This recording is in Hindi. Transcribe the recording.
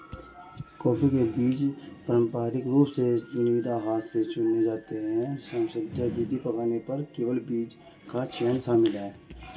कॉफ़ी के बीज पारंपरिक रूप से चुनिंदा हाथ से चुने जाते हैं, श्रमसाध्य विधि, पकने पर केवल बीज का चयन शामिल है